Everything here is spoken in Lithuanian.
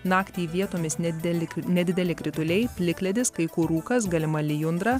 naktį vietomis nedideli nedideli krituliai plikledis kai kur rūkas galima lijundra